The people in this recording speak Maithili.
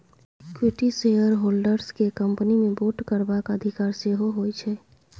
इक्विटी शेयरहोल्डर्स केँ कंपनी मे वोट करबाक अधिकार सेहो होइ छै